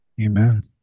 Amen